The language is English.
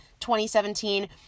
2017